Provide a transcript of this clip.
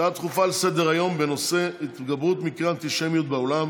הצעות דחופות לסדר-היום בנושא: התגברות מקרי האנטישמיות בעולם,